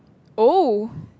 oh